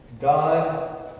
God